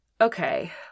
okay